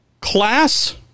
class